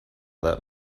that